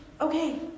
Okay